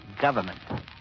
government